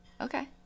Okay